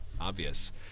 obvious